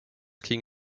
king